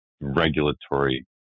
regulatory